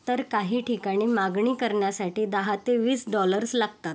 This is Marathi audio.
तर काही ठिकाणी मागणी करण्यासाठी दहा ते वीस डॉलर्स लागतात